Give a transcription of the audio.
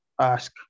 ask